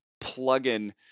plug-in